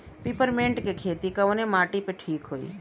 Peppermint के खेती कवने माटी पे ठीक होई?